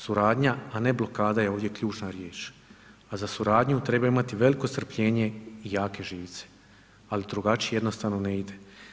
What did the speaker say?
Suradnja, a ne blokada je ovdje ključna riječ, a za suradnju treba imati veliko strpljenje i jake živce, al drugačije jednostavno ne ide.